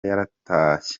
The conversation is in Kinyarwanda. yaratashye